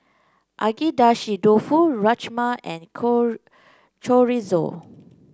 Agedashi Dofu Rajma and Chorizo